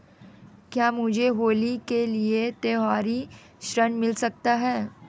क्या मुझे होली के लिए त्यौहारी ऋण मिल सकता है?